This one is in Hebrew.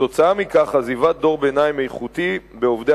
וכתוצאה מכך עזיבת דור ביניים איכותי בעובדי